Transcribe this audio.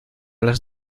las